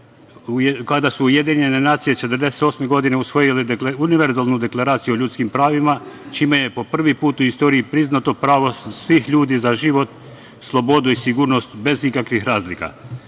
kada su UN 1948. godine usvojile Univerzalnu deklaraciju o ljudskim pravima, čime je po prvi put u istoriji priznato pravo svih ljudi za život, slobodu i sigurnost, bez ikakvih razlika,